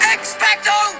Expecto